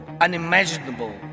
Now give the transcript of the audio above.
unimaginable